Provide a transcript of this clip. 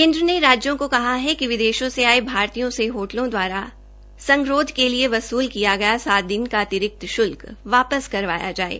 केन्द्र ने राज्यों को कहा है कि विदेशो से आये भारतीय से होटलों द्वारा संगरोध के लिए वसूल कियागया सात दिन का अतिरिकत् शुलक वापस करवाया जाये